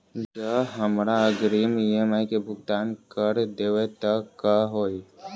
जँ हमरा अग्रिम ई.एम.आई केँ भुगतान करऽ देब तऽ कऽ होइ?